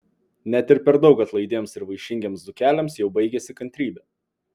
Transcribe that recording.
net ir per daug atlaidiems ir vaišingiems dzūkeliams jau baigiasi kantrybė